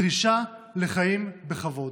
דרישה לחיים בכבוד.